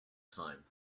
time